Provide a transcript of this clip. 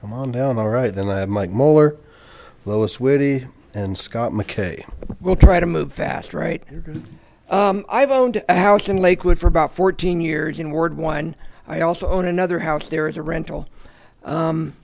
come on down all right then i have mike molar louis witty and scott mckay will try to move fast right i've owned a house in lakewood for about fourteen years in ward one i also own another house there as a rental